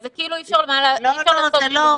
זה כאילו אי אפשר לעשות את זה.